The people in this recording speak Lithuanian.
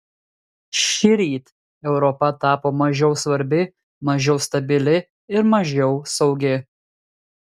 šįryt europa tapo mažiau svarbi mažiau stabili ir mažiau saugi